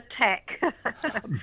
tech